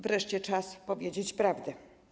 Wreszcie czas powiedzieć prawdę.